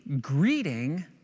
greeting